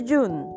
June